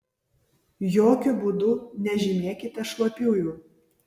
jokiu būdu nežymėkite šlapiųjų